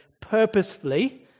purposefully